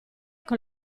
con